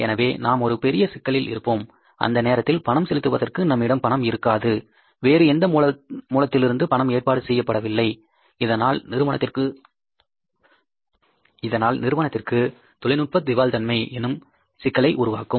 எனவே நாம் ஒரு பெரிய சிக்கலில் இருப்போம் அந்த நேரத்தில் பணம் செலுத்துவதற்கு நம்மிடம் பணம் இருக்காது வேறு எந்த மூலத்திலிருந்தும் பணம் ஏற்பாடு செய்யப்படவில்லை இதனால் நிறுவனத்திற்கு தொழில்நுட்ப திவால்தன்மை என்னும் சிக்கலை உருவாக்கும்